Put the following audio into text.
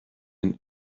and